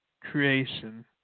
Creation